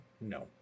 No